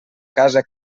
casa